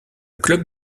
club